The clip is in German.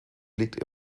liegt